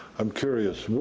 i'm curious,